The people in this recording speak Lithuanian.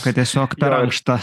kad tiesiog per ankšta